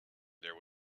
there